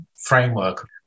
framework